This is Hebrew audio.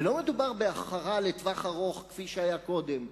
ולא מדובר בהחכרה לטווח ארוך כפי שהיה קודם,